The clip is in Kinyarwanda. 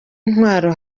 intwaro